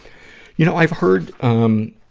you know, i've heard, um,